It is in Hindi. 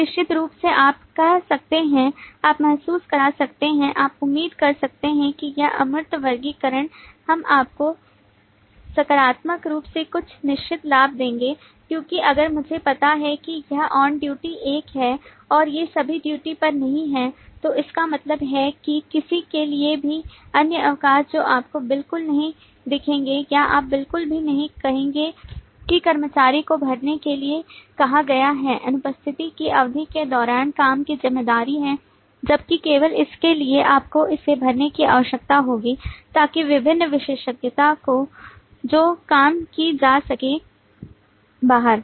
तो निश्चित रूप से आप कर सकते हैं आप महसूस कर सकते हैं आप उम्मीद कर सकते हैं कि यह अमूर्त वर्गीकरण हम आपको सकारात्मक रूप से कुछ निश्चित लाभ देंगे क्योंकि अगर मुझे पता है कि यह ऑन ड्यूटी एक है और ये सभी ड्यूटी पर नहीं हैं तो इसका मतलब है कि किसी के लिए भी अन्य अवकाश जो आपको बिल्कुल नहीं दिखेंगे या आप बिल्कुल भी नहीं कहेंगे कि कर्मचारी को भरने के लिए कहा गया है अनुपस्थिति की अवधि के दौरान काम की जिम्मेदारी है जबकि केवल इसके लिए आपको इसे भरने की आवश्यकता होगी ताकि विभिन्न विशेषज्ञता जो काम की जा सके बाहर